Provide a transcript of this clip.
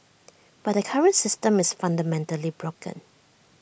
but the current system is fundamentally broken